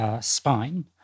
spine